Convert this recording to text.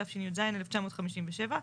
תשי"ז-1957.